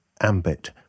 Ambit